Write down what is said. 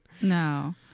No